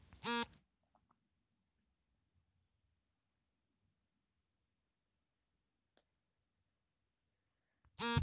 seed driller ಇಂದ ಬಹಳ ಬೇಗನೆ ಮತ್ತು ಕಡಿಮೆ ಸಮಯದಲ್ಲಿ ಬಿತ್ತನೆ ಬೀಜಗಳನ್ನು ನಾಟಿ ಮಾಡಬೋದು